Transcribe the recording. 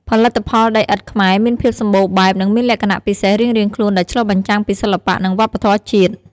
ផលិតផលដីឥដ្ឋខ្មែរមានភាពសម្បូរបែប និងមានលក្ខណៈពិសេសរៀងៗខ្លួនដែលឆ្លុះបញ្ចាំងពីសិល្បៈ និងវប្បធម៌ជាតិ